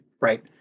Right